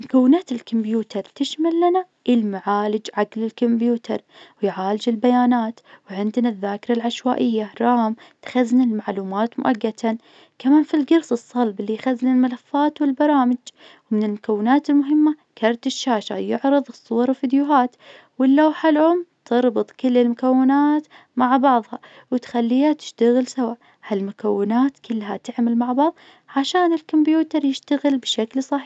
مكونات الكمبيوتر تشمل لنا المعالج عقل الكمبيوتر ويعالج البيانات، وعندنا الذاكرة العشوائية رام تخزن المعلومات مؤقتا، كمان في القرص الصلب اللي يخزن الملفات والبرامج، ومن المكونات المهمة كارت الشاشة يعرض الصور والفيديوهات، واللوحة الأم تربط كل المكونات مع بعظها وتخليها تشتغل سوا ها المكونات كلها تعمل مع بعض عشان الكمبيوتر يشتغل بشكل صحيح.